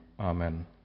Amen